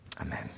Amen